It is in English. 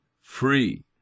free